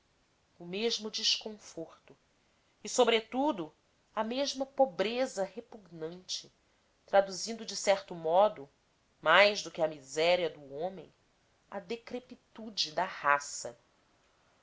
o mesmo desconforto e sobretudo a mesma pobreza repugnante traduzido de certo modo mais do que a miséria do homem a decrepitude da raça